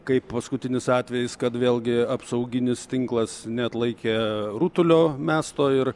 kaip paskutinis atvejis kad vėlgi apsauginis tinklas neatlaikė rutulio mesto ir